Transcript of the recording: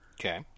Okay